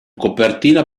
copertina